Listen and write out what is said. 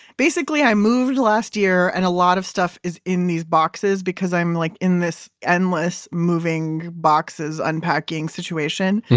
basically i moved last year and a lot of stuff is in these boxes because i'm like in this endless moving boxes unpacking situation,